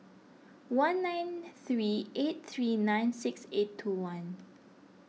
one nine three eight three nine six eight two one